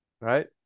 right